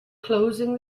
closing